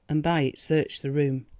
and by it searched the room.